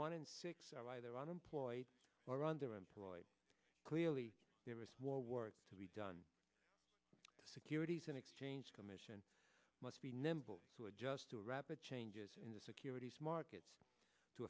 one in six are either unemployed or underemployed clearly there is more work to be done the securities and exchange commission must be nimble to adjust to rapid changes in the securities markets to